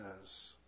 says